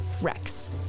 Rex